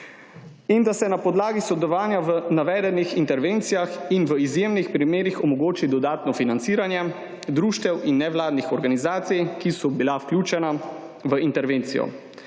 In da se na podlagi sodelovanja v navedenih intervencijah in izjemnih primerih omogoči dodatno financiranje društev in nevladnih organizacij, ki so bile vključene v intervencijo,